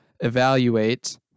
evaluate